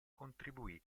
contribuì